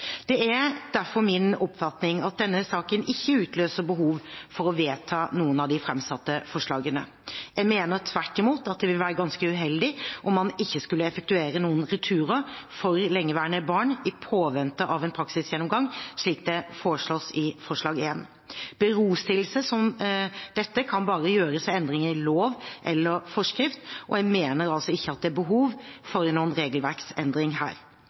Det er derfor min oppfatning at denne saken ikke utløser behov for å vedta noen av de framsatte forslagene. Jeg mener tvert imot at det ville være ganske uheldig om man ikke skulle effektuere noen returer for lengeværende barn i påvente av en praksisgjennomgang, slik det foreslås i forslag nr. 1. Berostillelse som dette kan bare gjøres ved endringer i lov eller forskrift. Jeg mener altså at det ikke er behov for noen regelverksendring her.